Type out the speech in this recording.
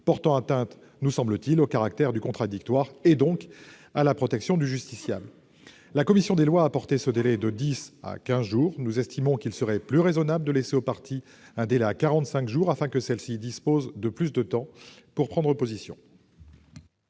portant atteinte au caractère du contradictoire, donc à la protection du justiciable. La commission des lois a porté ce délai de dix à quinze jours. Nous estimons qu'il serait plus raisonnable de laisser aux parties un délai de quarante-cinq jours, afin que celles-ci disposent de plus de temps pour prendre position.